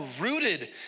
rooted